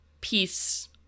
peace